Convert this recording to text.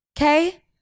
okay